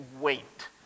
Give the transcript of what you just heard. wait